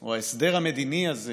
או ההסדר המדיני הזה